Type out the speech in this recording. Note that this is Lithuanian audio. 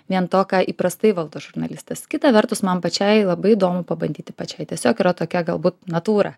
vien to ką įprastai valdo žurnalistas kita vertus man pačiai labai įdomu pabandyti pačiai tiesiog yra tokia galbūt natūra